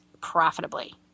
profitably